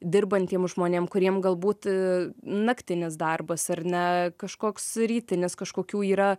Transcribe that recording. dirbantiem žmonėm kuriem galbūt naktinis darbas ar ne kažkoks rytinis kažkokių yra